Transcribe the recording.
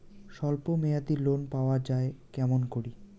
স্বল্প মেয়াদি লোন পাওয়া যায় কেমন করি?